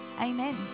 Amen